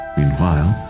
Meanwhile